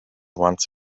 once